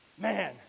Man